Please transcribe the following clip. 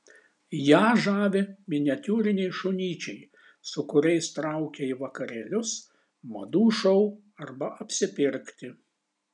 ją žavi miniatiūriniai šunyčiai su kuriais traukia į vakarėlius madų šou arba apsipirkti